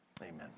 Amen